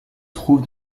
trouve